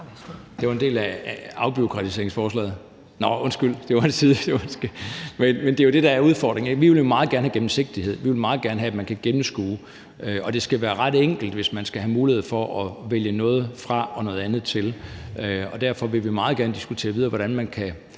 Det var en del af afbureaukratiseringsforslaget. Nå, undskyld, det var en sidebemærkning. Men det er jo det, der er udfordringen. Vi vil meget gerne have gennemsigtighed. Vi vil meget gerne have, at man kan gennemskue det, og det skal være ret enkelt, hvis man skal have mulighed for at vælge noget fra og noget andet til. Derfor vil vi meget gerne diskutere videre, hvordan man kan